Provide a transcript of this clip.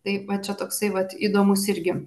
taip va čia toksai vat įdomus irgi